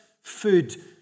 food